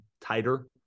tighter